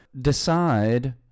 decide